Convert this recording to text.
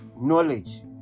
knowledge